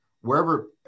Wherever